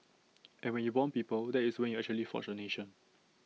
and when you Bond people that is when you actually forge A nation